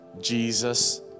Jesus